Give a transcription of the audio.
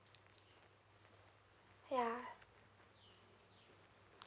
yeah